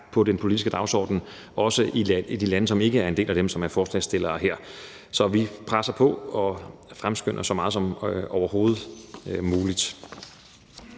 på den politiske dagsorden, også i de lande, som ikke er en del af dem, der er nævnt af forslagsstillerne. Så vi presser på og fremskynder så meget som overhovedet muligt.